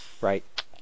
right